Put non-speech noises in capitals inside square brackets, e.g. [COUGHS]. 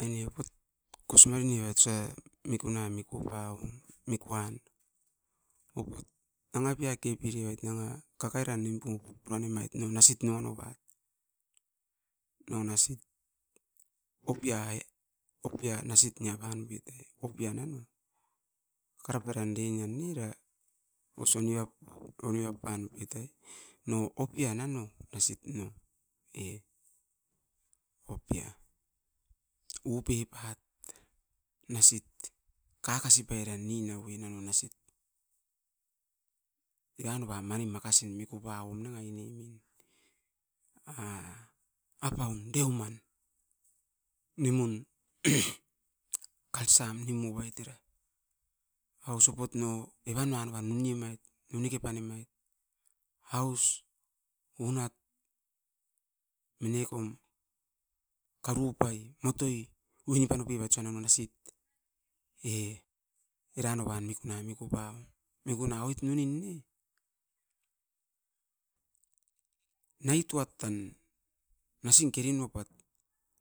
Aine [HESITATION] kosimare nevait osa mikuna mikupaom mikuan oupat. Nanga pia kepiroit nanga kakairan nimpu [NOISE] pan imait niom nasit nion nua, nion nasit. Opiai e, opia nasit niapan oupit era'i opian nano ai? Kakara pairan dengian ira, osoniap onio apan opitai no opian nano nasit no e. Opia, u pep pat nasit kakasi pairan nin niaui nanga nasit. Eran nova manin makasin miku pauoim nanga ainemin, a apaun deuman nimun [COUGHS] culture mi nimubait era. Aus opot no evan noan novan uni omait uneke pan omait. Aus unat mine kom karupai motoi uinipan oupibait sonaman osit e era novan mikuna mikupau, mikuna oit no nin ne? Nai tua tan, nasin kerin oupat